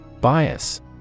Bias